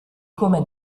come